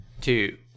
two